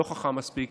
לא חכם מספיק.